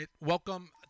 Welcome